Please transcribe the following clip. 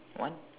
one